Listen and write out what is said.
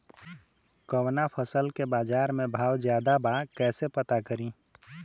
कवना फसल के बाजार में भाव ज्यादा बा कैसे पता करि?